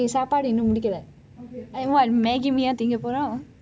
சாப்பாடு இன்னும் முடிக்கலே:sappadu innum mudikalei hang on maggi mee யா தின்க போறோம்:ya thinka porom